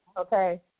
okay